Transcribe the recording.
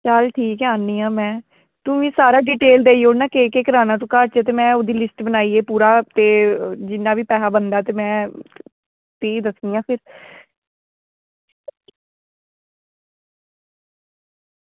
चल ठीक ऐ आनी आं में तू मिगी सारा डिटेल देई ओड़ ना केह् केह् कराना घर च ते कन्नै ओह्दी लिस्ट बनाइयै जिन्ना बी पैसा बनदा ते तुस दस्सो आं फिर